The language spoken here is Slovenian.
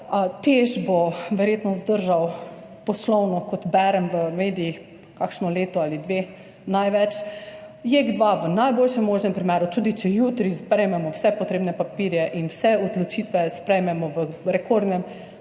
verjetno zdržal poslovno, kot berem v medijih, kakšno leto ali dve največ, JEK 2 v najboljšem možnem primeru, tudi če jutri sprejmemo vse potrebne papirje in vse odločitve sprejmemo v rekordnem